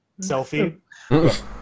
selfie